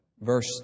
verse